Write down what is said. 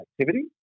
activity